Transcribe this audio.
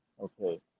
Okay